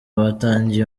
batangiye